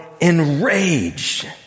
enraged